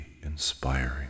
inspiring